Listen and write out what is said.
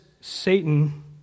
Satan